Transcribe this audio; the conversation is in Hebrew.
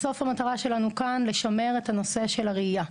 בסוף המטרה שלנו כאן היא לשמר את הנושא של הרעייה,